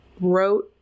wrote